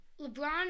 LeBron